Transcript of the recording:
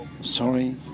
Sorry